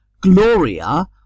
Gloria